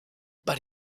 but